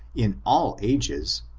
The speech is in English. in all ages,